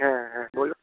হ্যাঁ হ্যাঁ বলুন